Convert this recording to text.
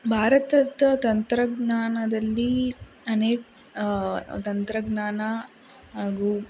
ಭಾರತದ ತಂತ್ರಜ್ಞಾನದಲ್ಲಿ ಅನೇಕ ತಂತ್ರಜ್ಞಾನ ಹಾಗೂ